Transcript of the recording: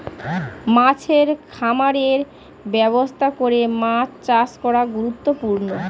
মাছের খামারের ব্যবস্থা করে মাছ চাষ করা গুরুত্বপূর্ণ